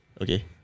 Okay